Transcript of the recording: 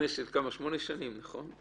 שמונה שנים, נכון?